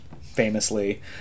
famously